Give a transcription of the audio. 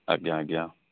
ଆଜ୍ଞା ଆଜ୍ଞା